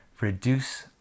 reduce